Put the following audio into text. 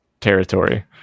territory